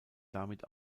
damit